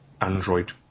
Android